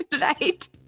right